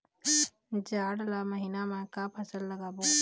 जाड़ ला महीना म का फसल लगाबो?